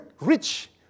rich